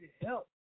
help